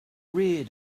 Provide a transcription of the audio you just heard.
reared